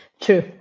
True